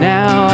Now